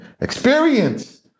experience